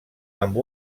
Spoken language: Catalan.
amb